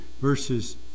verses